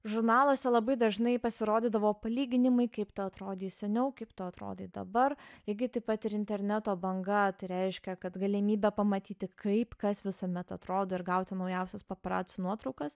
žurnaluose labai dažnai pasirodydavo palyginimai kaip tu atrodei seniau kaip tu atrodai dabar lygiai taip pat ir interneto banga reiškia kad galimybė pamatyti kaip kas visuomet atrodo ir gauti naujausias paparacių nuotraukas